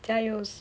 加油